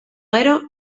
gero